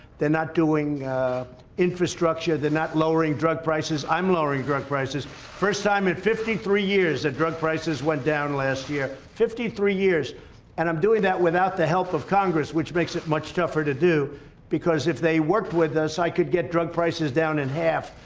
they're not doing infrastructure, they're not lowering drug prices. i'm lowering drug prices first time in fifty three years. that drug prices went down last year fifty three years and i'm doing that without the help of congress which makes it much tougher to do because if they worked with us i could get drug prices down in half,